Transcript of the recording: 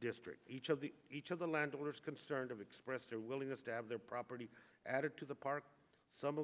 district each of the each of the landowners concerned of expressed their willingness to have their property added to the park some